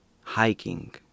Hiking